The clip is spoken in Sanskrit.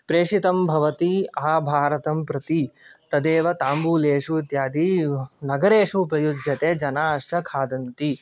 प्रेषितं भवति आभारतम्प्रति तदेव ताम्बूलेषु इत्यादि नगरेषु उपयुज्यते जनाश्च खादन्ति